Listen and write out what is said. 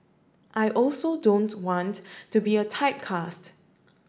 I also don't want to be a typecast